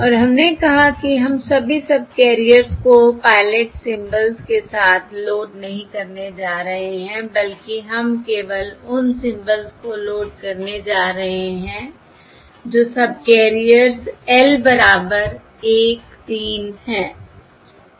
और हमने कहा कि हम सभी सबकैरियर्स को पायलट सिंबल्स के साथ लोड नहीं करने जा रहे हैं बल्कि हम केवल उन सिंबल्स को लोड करने जा रहे हैं जो सबकैरियर्स L बराबर 1 3 हैं